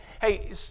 Hey